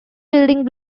building